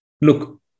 look